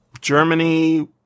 Germany